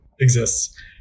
exists